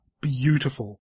beautiful